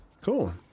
Cool